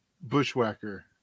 Bushwhacker